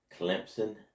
Clemson